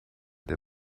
der